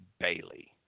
Bailey